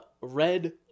red